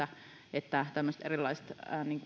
että tämmöiset